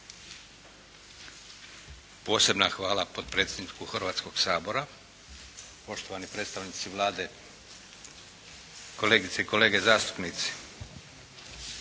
Posebna hvala potpredsjedniku Hrvatskog sabora, poštovani predstavnici Vlade, kolegice i kolege zastupnici.